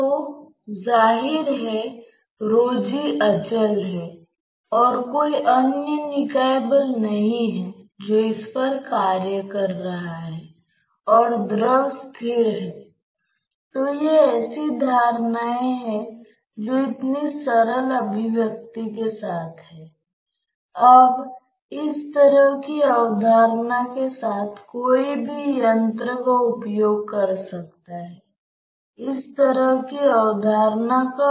तो हम कह सकते हैं कि यह u की तरह है जो कि इनविसिड प्रवाह विचार से x का एक फ़ंक्शन है